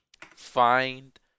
find